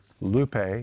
lupe